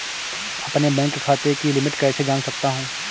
अपने बैंक खाते की लिमिट कैसे जान सकता हूं?